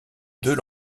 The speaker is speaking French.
deux